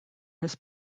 his